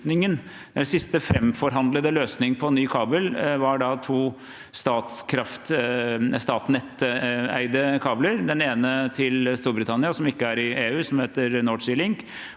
den siste framforhandlede løsningen om ny kabel, var altså to Statnett-eide kabler: den ene til Storbritannia, som ikke er i EU, som heter North Sea Link,